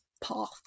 path